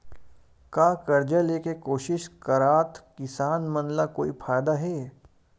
का कर्जा ले के कोशिश करात किसान मन ला कोई फायदा हे?